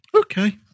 Okay